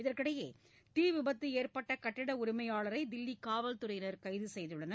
இதற்கிடையே தீவிபத்து ஏற்பட்ட கட்டிட உரிமையாளரை தில்லி காவல்துறையினர் கைது செய்தனர்